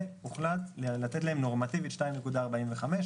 הוחלט לתת להם נורמטיבית 2.45%,